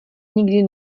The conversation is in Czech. nikdy